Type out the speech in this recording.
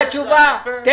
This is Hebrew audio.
מיליון.